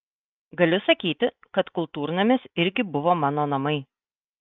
galiu sakyti kad kultūrnamis irgi buvo mano namai